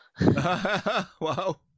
Wow